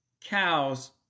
cows